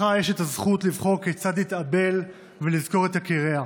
לכל משפחה יש את הזכות לבחור כיצד להתאבל ולזכור את יקיריה.